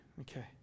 okay